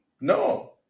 No